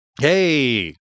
Hey